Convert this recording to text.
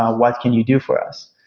um what can you do for us?